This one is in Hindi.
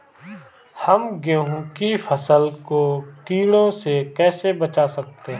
हम गेहूँ की फसल को कीड़ों से कैसे बचा सकते हैं?